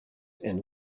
and